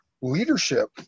leadership